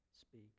speak